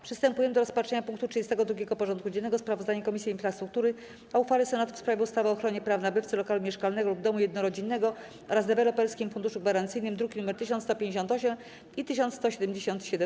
Przystępujemy do rozpatrzenia punktu 32. porządku dziennego: Sprawozdanie Komisji Infrastruktury o uchwale Senatu w sprawie ustawy o ochronie praw nabywcy lokalu mieszkalnego lub domu jednorodzinnego oraz Deweloperskim Funduszu Gwarancyjnym (druki nr 1158 i 1177)